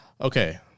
Okay